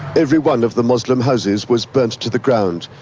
every one of the muslim houses was burnt to the ground.